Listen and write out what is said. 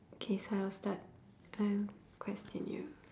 K so I'll start I'll question you